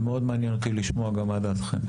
ומאוד מעניין אותי לשמוע גם מה דעתכם.